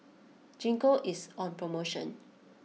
Gingko is on promotion